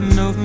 no